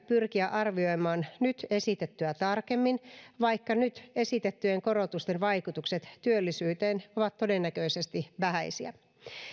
pyrkiä arvioimaan nyt esitettyä tarkemmin vaikka nyt esitettyjen korotusten vaikutukset työllisyyteen ovat todennäköisesti vähäisiä